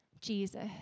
Jesus